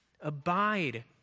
Abide